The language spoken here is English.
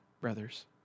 brothers